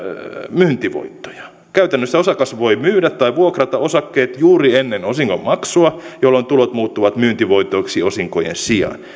myyntivoittoja käytännössä osakas voi myydä tai vuokrata osakkeet juuri ennen osingonmaksua jolloin tulot muuttuvat myyntivoitoiksi osinkojen sijaan ja